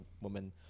woman